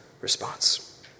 response